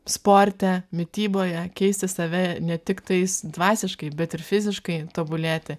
sporte mityboje keisti save ne tik tais dvasiškai bet ir fiziškai tobulėti